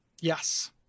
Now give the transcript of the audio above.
Yes